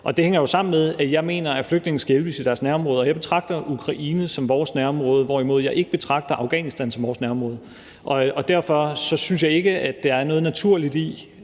Det hænger jo sammen med, at jeg mener, at flygtninge skal hjælpes i deres nærområde, og jeg betragter Ukraine som vores nærområde, hvorimod jeg ikke betragter Afghanistan som vores nærområde. Og derfor synes jeg ikke, der er noget naturligt i